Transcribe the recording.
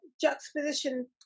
juxtaposition